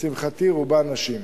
לשמחתי רובם נשים.